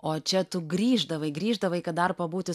o čia tu grįždavai grįždavai kad dar pabūti